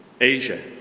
Asia